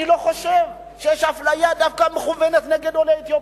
אני לא חושב שיש אפליה מכוונת דווקא נגד עולי אתיופיה,